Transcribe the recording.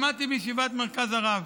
למדתי בישיבת מרכז הרב.